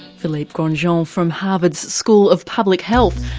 phillipe grandjean from harvard's school of public health.